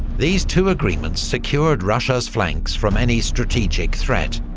these two agreements secured russia's flanks from any strategic threat,